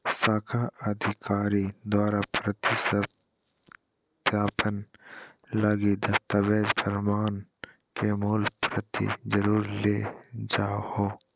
शाखा अधिकारी द्वारा प्रति सत्यापन लगी दस्तावेज़ प्रमाण के मूल प्रति जरुर ले जाहो